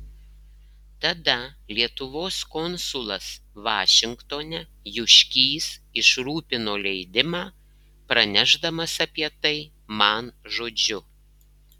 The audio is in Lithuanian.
tada lietuvos konsulas vašingtone juškys išrūpino leidimą pranešdamas apie tai man žodžiu